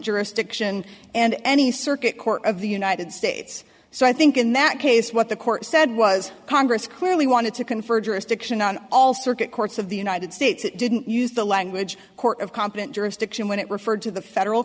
jurisdiction and any circuit court of the united states so i think in that case what the court said was congress clearly wanted to confer jurisdiction on all circuit courts of the united states it didn't use the language court of competent jurisdiction when it referred to the federal